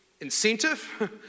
incentive